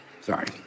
Sorry